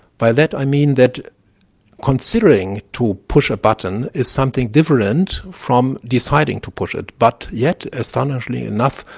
by that i mean that considering to push a button is something different from deciding to push it. but yet, astonishingly enough,